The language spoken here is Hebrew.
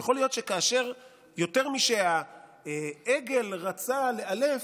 יכול להיות שכאשר יותר משהעגל רצה לאלף,